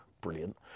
Brilliant